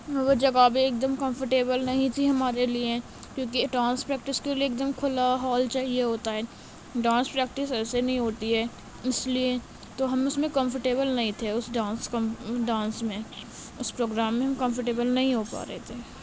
وہ جگہ بھی ایک دم کمفرٹیبل نہیں تھی ہمارے لیے کیونکہ ڈانس پریکٹس کے لیے ایک دم کھلا ہال چاہیے ہوتا ہے دانس پریکٹس ایسے نہیں ہوتی ہے اس لیے تو ہم اس میں کمفرٹیبل نہیں تھے اس ڈانس کم ڈانس میں اس پروگرام میں ہم کمفرٹیبل نہیں ہو پا رہے تھے